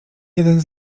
jeden